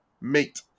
Mate